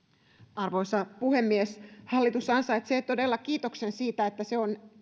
arvoisa puhemies hallitus ansaitsee todella kiitoksen siitä että se on